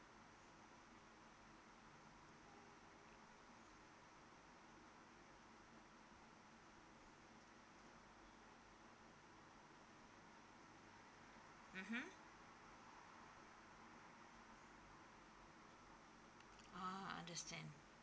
mmhmm oh understand